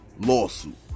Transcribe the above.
Lawsuit